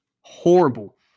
horrible